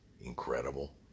incredible